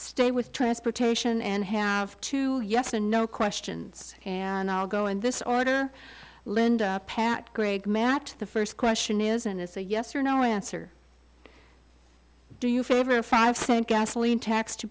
stay with transportation and have to yes and no questions and i'll go in this order linda pat great match the first question isn't is a yes or no answer do you favor a five cent gasoline tax to